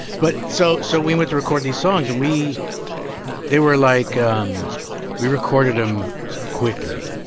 but so so we went to record these songs, and we they were like um we recorded them quickly.